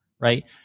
right